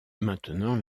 maintenant